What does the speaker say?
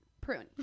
Prune